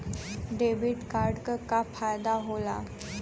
Debit card क का फायदा हो ला?